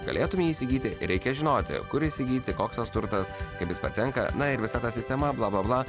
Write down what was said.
galėtumei įsigyti reikia žinoti kur įsigyti koks tas turtas kaip jis patenka na ir visa ta sistema bla bla bla